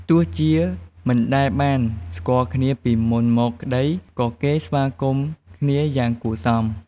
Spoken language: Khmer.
ទោះជាមិនដែលបានស្គាល់គ្នាពីមុនមកក្ដី ក៏គេស្វាគមន៍គ្នាយ៉ាងគួរសម។